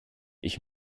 ich